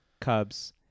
Cubs